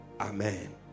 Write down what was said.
Amen